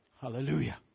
Hallelujah